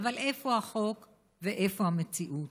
אבל איפה החוק ואיפה המציאות?